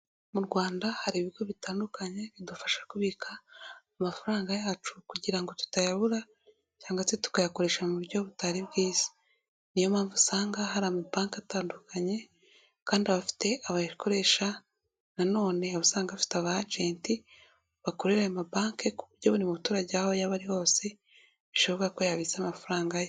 Mu Rwanda hari ibigo bitandukanye bidufasha kubika amafaranga yacu kugira ngo tutayabura cyangwa se tukayakoresha mu buryo butari bwiza, niyo mpamvu usanga hari ama banki atandukanye kandi abafite abayakoresha nanone usanga bafite aba ajenti bakorera ayo mabanki ku buryo buri muturage aho yaba ari hose bishoboka ko yabitsa amafaranga ye.